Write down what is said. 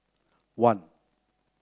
one